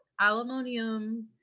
Aluminum